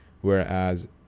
Whereas